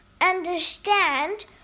understand